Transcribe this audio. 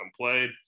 played